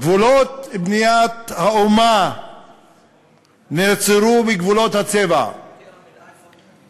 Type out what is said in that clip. גבולות בניית האומה נעצרו בגבולות הצבע,